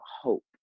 hope